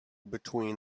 between